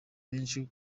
menshi